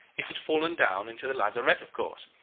it had fallen down into the lazarette of course.